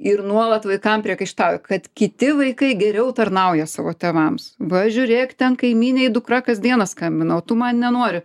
ir nuolat vaikam priekaištauja kad kiti vaikai geriau tarnauja savo tėvams va žiūrėk ten kaimynei dukra kasdieną skambina o tu man nenori